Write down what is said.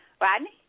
Rodney